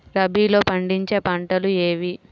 రబీలో పండించే పంటలు ఏవి?